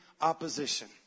opposition